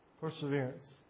perseverance